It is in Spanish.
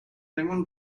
darwin